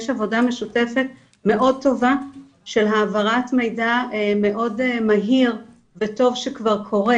יש עבודה משותפת מאוד טובה של העברת מידע מאוד מהיר וטוב שכבר קורה